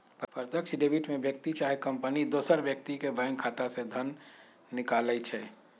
प्रत्यक्ष डेबिट में व्यक्ति चाहे कंपनी दोसर व्यक्ति के बैंक खता से धन निकालइ छै